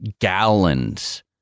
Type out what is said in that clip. gallons